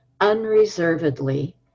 unreservedly